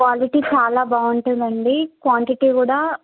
quality చాలా బాగుంటుందండి quantity కూడా